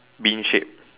bin shape